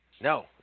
No